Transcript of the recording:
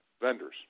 vendors